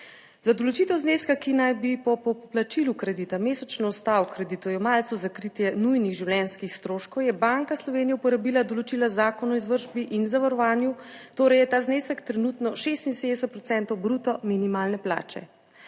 Za določitev zneska, ki naj bi po poplačilu kredita mesečno ostal kreditojemalcu za kritje nujnih življenjskih stroškov je Banka Slovenije uporabila določila zakona o izvršbi in zavarovanju. Torej, je ta znesek trenutno 76 % bruto minimalne plače.